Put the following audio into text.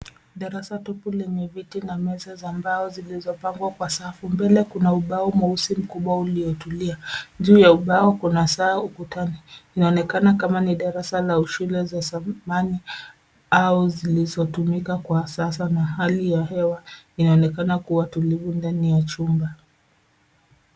Darasa tupu lenye viti na meza za mbao zilizopangwa kwa safu. Mbele kuna ubao mweusi mkubwa uliotulia. Juu ya ubao kuna saa ukutani. Inaonekana kama ni darasa au shule za zamani au zilizotumika kwa sasa na hali ya hewa inaonekana kuwa tulivu ndani ya chumba.